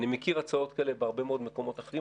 אני מכיר הצעות כאלה בהרבה מקומות אחרים,